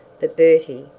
but bertie,